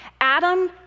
Adam